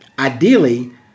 Ideally